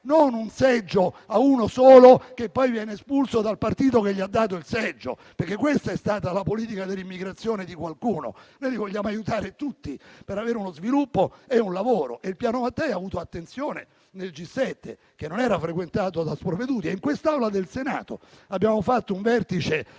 non un seggio a uno solo, che poi viene espulso dal partito che gli ha dato il seggio. Questa, infatti, è stata la politica dell'immigrazione di qualcuno. Noi li vogliamo aiutare tutti ad avere uno sviluppo e un lavoro. Il Piano Mattei ha avuto attenzione nel G7, che non era frequentato da sprovveduti; e in quest'Aula del Senato abbiamo fatto un vertice